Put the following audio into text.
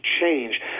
change